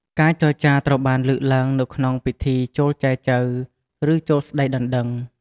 ការចរចារត្រូវបានលើកឡើងនៅក្នុងពិធី ចូលចែចូវ ឬ ចូលស្តីដណ្តឹង។